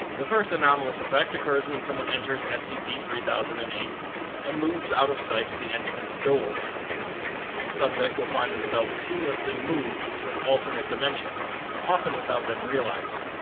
the first anomalous effect occurs when someone enters scp three thousand and eight and moves out of sight of the entrance doors the subject will find themselves seamlessly moved to an alternate dimension often without them realizing